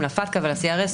לפטקא ול-CRS.